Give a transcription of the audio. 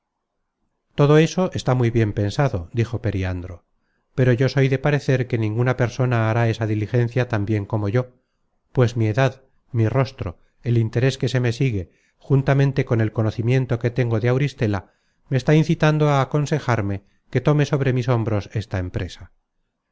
todo eso está muy bien pensado dijo periandro pero yo soy de parecer que ninguna persona hará esa diligencia tan bien como yo pues mi edad mi rostro el interes que se me sigue juntamente con el conocimiento que tengo de auristela me está incitando á aconsejarme que tome sobre mis hombros esta empresa